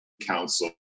Council